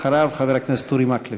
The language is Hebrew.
אחריו, חבר הכנסת אורי מקלב.